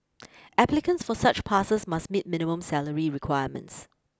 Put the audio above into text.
applicants for such passes must meet minimum salary requirements